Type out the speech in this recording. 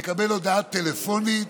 הוא יקבל הודעה טלפונית.